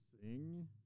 sing